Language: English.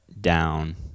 down